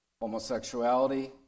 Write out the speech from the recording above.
Homosexuality